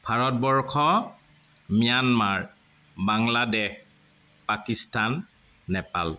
Bharatvarsha Myanmar Bangladesh Pakistan Nepal